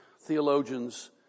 theologians